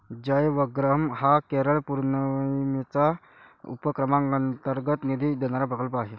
जयवग्रहम हा केरळ पुनर्निर्माण उपक्रमांतर्गत निधी देणारा प्रकल्प आहे